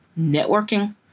networking